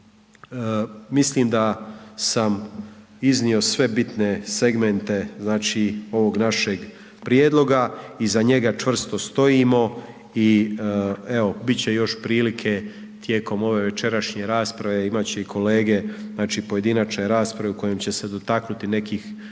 Mislim da sam iznio sve bitne segmente znači ovog našeg prijedloga, iza njega čvrsto stojimo i evo bit će još prilike tijekom ove večerašnje rasprave imat će i kolege znači pojedinačne rasprave u kojim će se dotaknuti nekih